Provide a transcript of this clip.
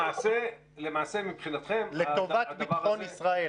למעשה מבחינתכם הדבר הזה --- לטובת ביטחון ישראל,